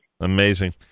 Amazing